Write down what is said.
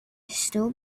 still